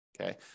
Okay